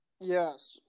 Yes